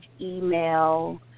email